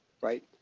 right